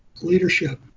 leadership